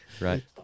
right